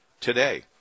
today